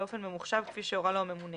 באופן ממוחשב כפי שהורה לו הממונה